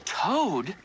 toad